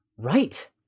Right